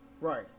right